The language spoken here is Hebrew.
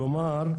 כלומר,